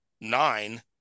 nine